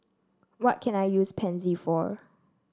what can I use Pansy for